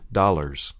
dollars